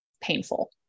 painful